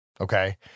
Okay